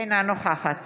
אינה נוכחת